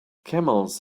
camels